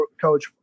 coach